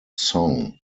song